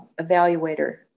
evaluator